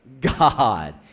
God